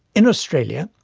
in australia,